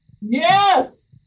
yes